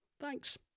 thanks